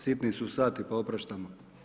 Sitni su sati pa opraštamo.